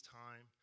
time